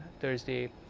Thursday